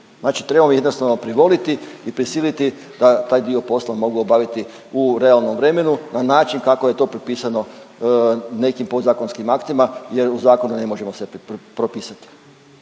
trebamo ih jednostavno privoliti i prisiliti da taj dio posla mogu obaviti u realnom vremenu na način kako je to propisano nekim podzakonskim aktima jer u zakonu ne možemo sve propisati.